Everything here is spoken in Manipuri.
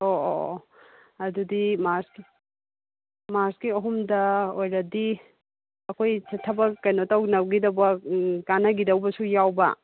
ꯑꯣ ꯑꯣ ꯑꯣ ꯑꯗꯨꯗꯤ ꯃꯥꯔꯆꯀꯤ ꯃꯥꯔꯆꯀꯤ ꯑꯍꯨꯝꯗ ꯑꯣꯏꯔꯗꯤ ꯑꯩꯈꯣꯏ ꯊꯕꯛ ꯀꯩꯅꯣ ꯇꯧꯅꯕꯒꯤꯗꯃꯛ ꯎꯪ ꯀꯥꯅꯈꯤꯗꯧꯕꯁꯨ ꯌꯥꯎꯕ